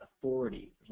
authority